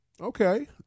Okay